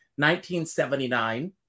1979